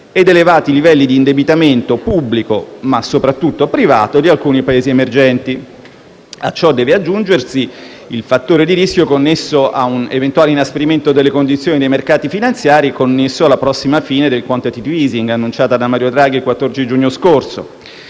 ed elevati livelli di indebitamento pubblico, ma soprattutto privato di alcuni Paesi emergenti. A ciò deve aggiungersi il fattore di rischio connesso ad un eventuale inasprimento delle condizioni dei mercati finanziari connesso alla prossima fine del *quantitative easing*, annunciata da Mario Draghi il 14 giugno scorso.